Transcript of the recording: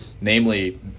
Namely